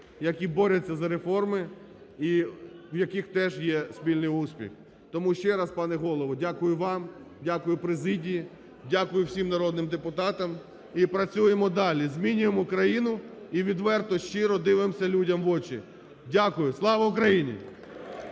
які борються за реформи і в яких теж є спільний успіх. Тому ще раз, пане Голово, дякую вам, дякую президії, дякую всім народним депутатам і працюємо далі, змінюємо країну і відверто щиро дивимося людям в очі. Дякую. Слава Україні!